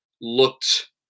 looked –